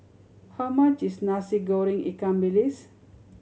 how much is Nasi Goreng ikan bilis